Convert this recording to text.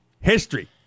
history